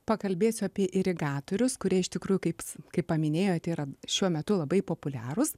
pakalbėsiu apie irigatorius kurie iš tikrųjų kaip kaip paminėjote yra šiuo metu labai populiarūs